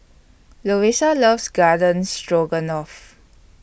Louisa loves Garden Stroganoff